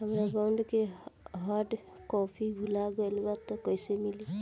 हमार बॉन्ड के hard copy भुला गएलबा त कैसे मिली?